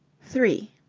three